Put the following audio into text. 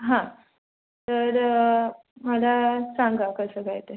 हां तर मला सांगा कसं काय ते